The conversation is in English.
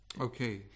Okay